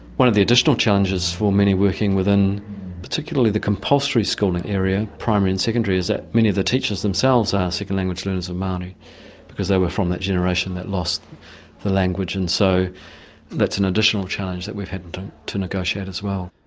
one of the additional challenges for many working within particularly the compulsory schooling area, primary and secondary, is that many of the teachers themselves are second language learners of maori because they were from that generation that lost the language, and so that's an additional challenge that we've had to negotiate as well.